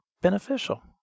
beneficial